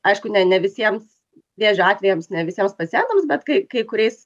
aišku ne ne visiems vėžio atvejams ne visiems pacientams bet kai kai kuriais